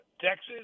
Texas